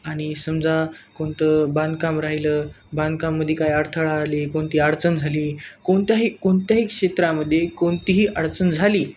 आणि समजा कोणतं बांधकाम राहिलं बांधकाम काय अडथळा आली कोणती अडचण झाली कोणत्याही कोणत्याही क्षेत्रामध्ये कोणतीही अडचण झाली